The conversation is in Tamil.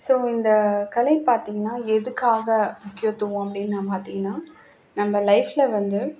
ஸோ இந்த கலை பார்த்தீங்கன்னா எதுக்காக முக்கியத்துவம் அப்டினு ன பார்த்தீங்கன்னா நம்ம லைஃப்பில் வந்து